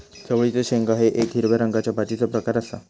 चवळीचे शेंगो हे येक हिरव्या रंगाच्या भाजीचो प्रकार आसा